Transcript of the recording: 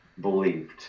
believed